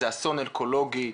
זה אסון אקולוגי.